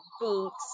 boots